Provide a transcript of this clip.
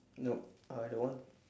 nope I don't want